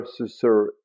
processor